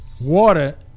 water